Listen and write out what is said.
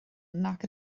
nac